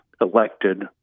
elected